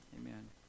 Amen